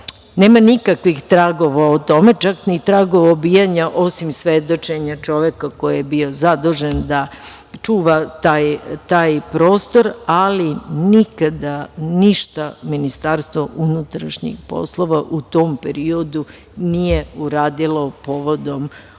Nema nikakvih tragova o tome, čak ni tragova obijanja, osim svedočenja čoveka koji je bio zadužen da čuva taj prostor, ali nikada ništa MUP u tom periodu nije uradilo povodom ove